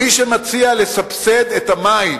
מי שמציע לסבסד את המים,